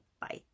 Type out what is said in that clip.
Bye